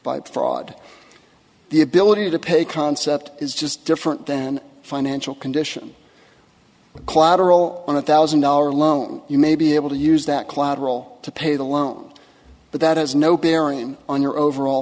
by fraud the ability to pay concept is just different than financial condition collateral on a thousand dollar loan you may be able to use that collateral to pay the loan but that has no bearing on your overall